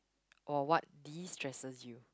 or what de stresses you